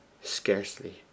Scarcely